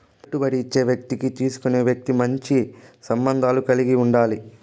పెట్టుబడి ఇచ్చే వ్యక్తికి తీసుకునే వ్యక్తి మంచి సంబంధాలు కలిగి ఉండాలి